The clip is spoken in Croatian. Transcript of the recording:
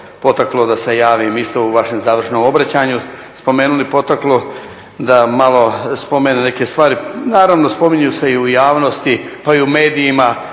i vi ste isto u vašem završnom obraćanju pa me je to potaklo da se javim da malo spomenem neke stvari. Naravno, spominju se i u javnosti pa i u medijima